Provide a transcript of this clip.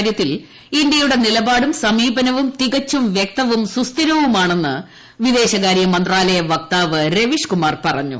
കാര്യത്തിൽ ഇന്ത്യയുടെ ് നിലപാടും സമീപനവും തികച്ചും വൃക്തവും സുസ്ഥിരവുമാണെന്ന് വിദേശകാരൃ മന്ത്രാലയ വക്താവ് രവീഷ്കുമാർ പറഞ്ഞു